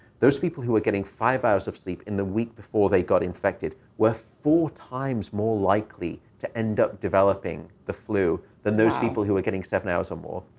those people who were getting five hours of sleep in the week before they got infected were four times more likely to end up developing the flu than those people who are getting seven hours or more.